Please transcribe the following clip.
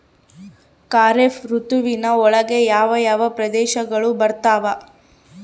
ಖಾರೇಫ್ ಋತುವಿನ ಒಳಗೆ ಯಾವ ಯಾವ ಪ್ರದೇಶಗಳು ಬರ್ತಾವ?